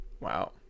wow